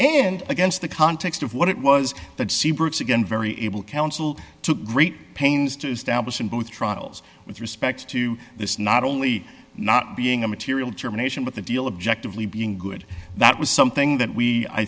against the context of what it was that seabrooks again very able counsel took great pains to establish in both trials with respect to this not only not being a material termination but the deal objective we being good that was something that we i